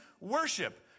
worship